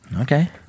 Okay